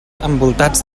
envoltats